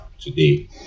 today